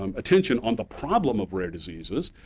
um attention on the problem of rare diseases.